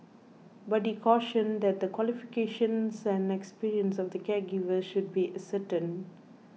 but he cautioned that the qualifications and experience of the caregivers should be ascertained